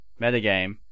metagame